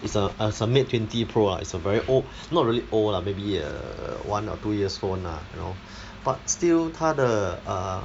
it's a a a mate twenty pro ah it's a very old not really old lah maybe err one or two years phone lah you know but still 它的 err